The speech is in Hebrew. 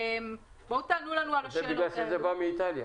בואו תענו לנו על השאלות האלה.